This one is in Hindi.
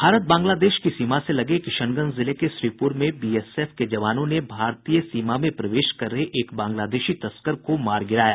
भारत बांग्लादेश की सीमा से लगे किशनगंज जिले के श्रीपुर में बीएसएफ के जवानों ने भारतीय सीमा में प्रवेश कर रहे एक बांग्लादेशी तस्कर को मार गिराया